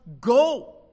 go